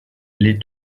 les